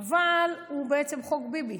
אבל הוא בעצם חוק ביבי.